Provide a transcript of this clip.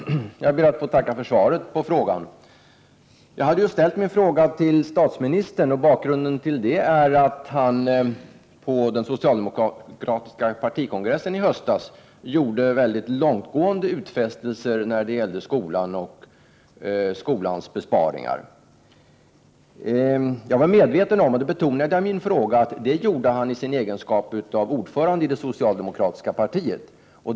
Herr talman! Jag ber att få tacka för för svaret på min interpellation. Jag ställde mina frågor till statsministern. Bakgrunden till detta är att han på den socialdemokratiska partikongressen i höstas gjorde mycket långtgående utfästelser när det gäller skolan och besparingarna inom skolan. Jag är medveten om — det betonade jag i min interpellation — att han gjorde detta i sin egenskap av ordförande i det socialdemokratiska partiet.